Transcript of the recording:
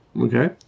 Okay